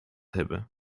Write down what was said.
hebben